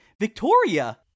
Victoria